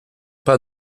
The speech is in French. pas